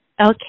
Okay